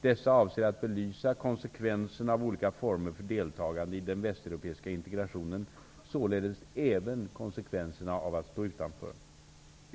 Dessa avser att belysa konsekvenserna av olika former för deltagande i den västeuropeiska integrationen -- således även konsekvenserna av att stå utanför.